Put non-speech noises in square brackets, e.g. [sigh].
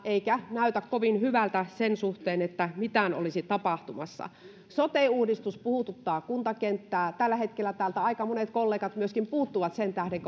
eikä näytä kovin hyvältä sen suhteen että mitään olisi tapahtumassa sote uudistus puhututtaa kuntakenttää tällä hetkellä täältä aika monet kollegat myöskin puuttuvat sen tähden [unintelligible]